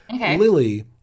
Lily